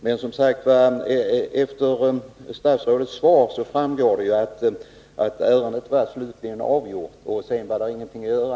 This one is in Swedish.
Av statsrådets svar framgår som sagt att ärendet var slutligt avgjort, och sedan fanns det ingenting att göra.